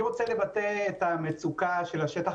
אני רוצה לבטא את המצוקה של השטח,